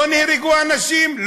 לא נהרגו אנשים?